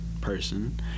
person